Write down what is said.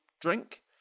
Drink